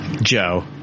Joe